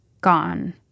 Gone